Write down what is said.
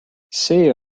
see